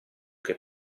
che